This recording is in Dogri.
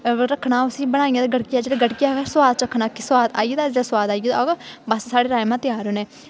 रखना उस्सी बनाइयै गड़क जिसलै गड़केआ हा ते फिर सोआद चखना कि सोआद आइयै दा जे सोआद आइयै दा होग अगर बस साढ़े राजमाह् ते त्यार ने